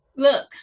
Look